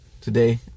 today